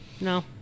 No